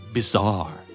Bizarre